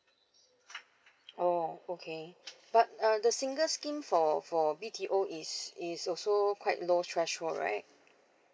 oh okay but the single scheme for for B_T_O is is also quite low threshold right